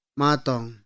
matong